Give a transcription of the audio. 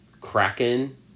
kraken